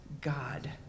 God